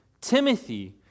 Timothy